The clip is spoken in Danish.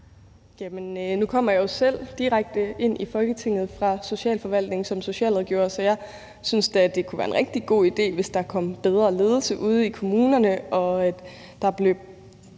Nu kommer jeg jo selv direkte ind i Folketinget fra socialforvaltningen som socialrådgiver, så jeg synes da, det kunne være en rigtig god idé, hvis der kom bedre ledelse ude i kommunerne og der blev